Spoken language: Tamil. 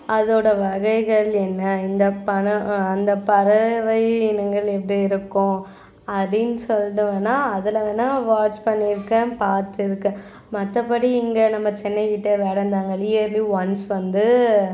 அதோடய வகைகள் என்ன இந்த பனம் அந்த பறவை இனங்கள் எப்படி இருக்கும் அப்படின்னு சொல்லிட்டு வேணா அதில் வேணா வாட்ச் பண்ணியிருக்கேன் பார்த்துருக்கேன் மற்றபடி இங்கே நம்ம சென்னைக்கிட்ட வேடந்தாங்கல் இயர்லி ஒன்ஸ் வந்து